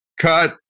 cut